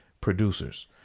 producers